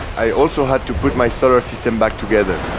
i also had to put my solar system back together